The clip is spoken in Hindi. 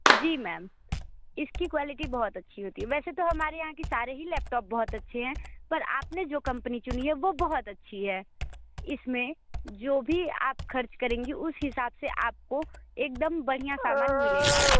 जी मैम इसकी क्वालिटी बहुत अच्छी होती है वैसे तो हमारे यहाँ के सारे ही लैपटॉप बहुत अच्छे हैं पर आपने जो कंपनी चुनी है वो बहुत अच्छी है इसमें जो भी आप खर्च करेंगे उस हिसाब से आपको एकदम बढ़िया सामान मिलेगा